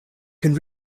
can